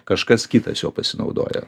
kažkas kitas juo pasinaudoja